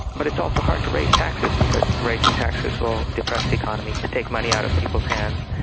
but it's also hard to raise taxes, because raising taxes will depress the economy, but take money out of people's hands.